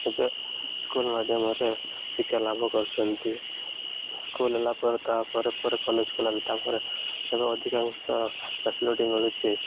ଏବେ ସ୍କୁଲ୍ ମାଧ୍ୟମରେ ଶିକ୍ଷା ଲାଭ କରୁଛନ୍ତି ସ୍କୁଲ୍ ହେଲା ପରେ ତାପରେ ପରେ କଲେଜ ଖୋଲିଲା ତାପରେ ଏବେ ଅଧିକାଂଶ ଫ୍ୟାସିଲିଟି ମିଳୁଛି